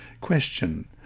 Question